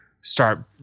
start